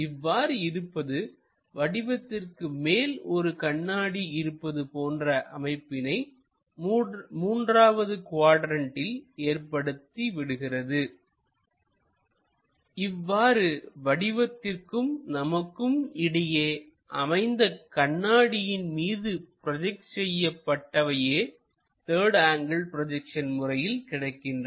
இவ்வாறு இருப்பது வடிவத்திற்கு மேல் ஒரு கண்ணாடி இருப்பது போன்ற அமைப்பினை மூன்றாவது குவாட்ரண்ட்டில் ஏற்படுத்திவிடுகிறது இவ்வாறு வடிவத்திற்கும் நமக்கும் இடையே அமைந்த கண்ணாடியின் மீது ப்ரோஜெக்ட் செய்யப்படுபவையே த்தர்டு ஆங்கிள் ப்ரொஜெக்ஷன் முறையில் கிடைக்கின்றன